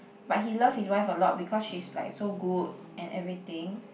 but he love his wife a lot because she's like so good and everything